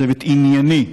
צוות ענייני,